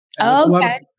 Okay